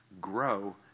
grow